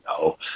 No